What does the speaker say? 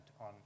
on